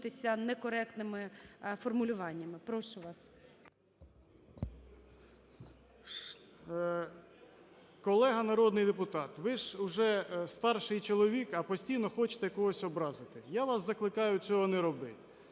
народний депутат, ви ж уже старший чоловік, а постійно хочете когось образити, я вас закликаю цього не робити.